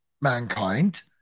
mankind